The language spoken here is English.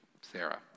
Sarah